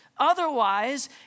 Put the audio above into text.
Otherwise